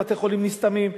בתי-חולים נסתמים.